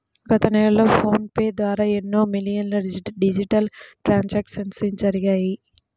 గత నెలలో ఫోన్ పే ద్వారా ఎన్నో మిలియన్ల డిజిటల్ ట్రాన్సాక్షన్స్ జరిగాయి